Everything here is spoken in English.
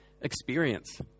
experience